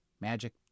magic